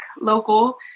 local